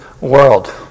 world